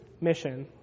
mission